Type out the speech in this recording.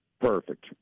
Perfect